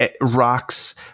rocks